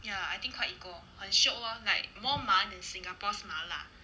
ya I think quite equal 很 shiok lor like more 麻 than singapore's 麻辣